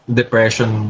depression